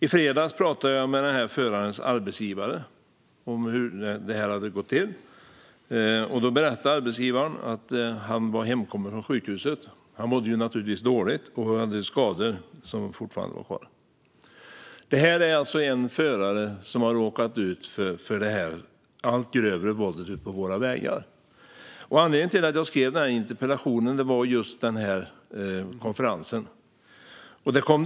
I fredags talade jag med förarens arbetsgivare om hur detta hade gått till. Arbetsgivaren berättade då att föraren var hemkommen från sjukhuset. Han mådde naturligtvis dåligt och hade fortfarande skador. Detta är alltså en förare som har råkat ut för det allt grövre våldet ute på våra vägar. Anledningen till att jag ställde denna interpellation var just den konferens som statsrådet nämnde.